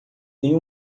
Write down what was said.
tem